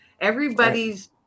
Everybody's